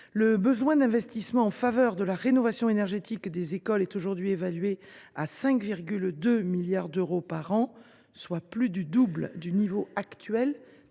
Le besoin d’investissements en faveur de la rénovation énergétique des écoles est aujourd’hui évalué à 5,2 milliards d’euros par an, soit plus du double du niveau actuel